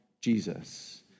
Jesus